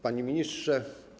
Panie Ministrze!